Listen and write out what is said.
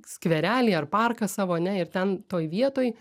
skverelį ar parką savo ane ir ten toj vietoj